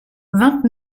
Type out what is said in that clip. vingt